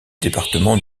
département